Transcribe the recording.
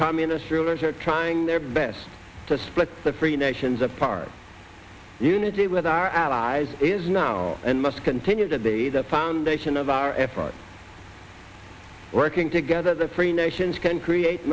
communist rulers are trying their best to split the free nations apart unity with our allies is now and must continue to be the foundation of our efforts working together the free nations can create